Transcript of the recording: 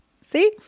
See